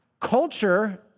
Culture